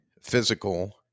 physical